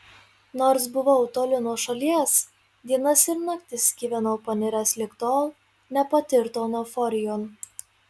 nors buvau toli nuo šalies dienas ir naktis gyvenau paniręs lig tol nepatirton euforijon